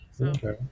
Okay